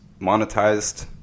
monetized